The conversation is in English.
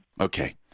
Okay